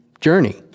journey